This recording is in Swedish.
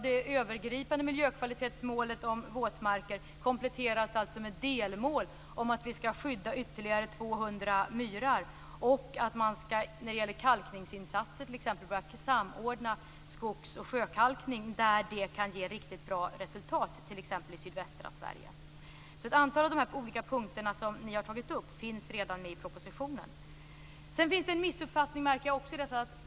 Det övergripande miljökvalitetsmålet om våtmarker kompletteras med delmål om att vi skall skydda ytterligare 200 myrar och att man när det gäller t.ex. kalkningsinsatser skall börja samordna skogs och sjökalkning där det kan ge riktigt bra resultat, exempelvis i sydvästra Sverige. Ett antal av de olika punkter som ni har tagit upp finns alltså redan med i propositionen. Jag märker att det också finns en missuppfattning här.